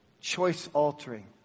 choice-altering